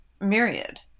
myriad